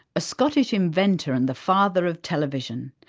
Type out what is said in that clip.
a scottish inventor and the father of television.